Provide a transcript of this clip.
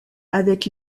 avec